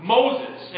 Moses